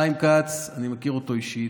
חיים כץ, אני מכיר אותו אישית,